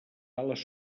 ales